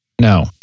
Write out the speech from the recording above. No